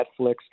Netflix